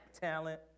talent